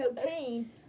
cocaine